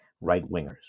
right-wingers